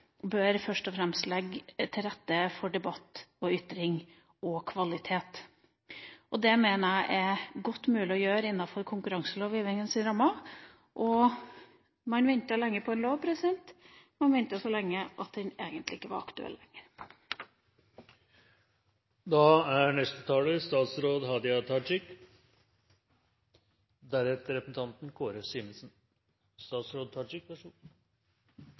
bør først og fremst legge til rette for debatt, ytring og kvalitet. Det mener jeg er godt mulig å gjøre innenfor konkurranselovgivningas rammer. Man har ventet så lenge på en lov – man har ventet så lenge at den egentlig ikke er aktuell lenger. Massemedia er